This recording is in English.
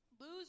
lose